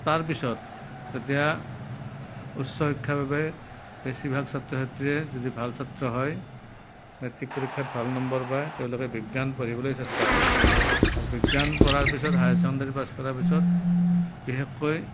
তাৰপিছত যেতিয়া উচ্চ শিক্ষাৰ বাবে বেছিভাগ ছাত্ৰ ছাত্ৰীয়ে যদি ভাল ছাত্ৰ হয় মেট্ৰিক পৰীক্ষাত ভাল নম্বৰ পায় তেওঁলোকে বিজ্ঞান পঢ়িবলৈ চেষ্টা কৰে আৰু বিজ্ঞান পঢ়াৰ পিছত হায়াৰ ছেকেণ্ডাৰী পাছ কৰাৰ পিছত বিশেষকৈ